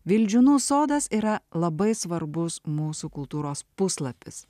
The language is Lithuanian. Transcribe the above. vildžiūnų sodas yra labai svarbus mūsų kultūros puslapis